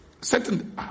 certain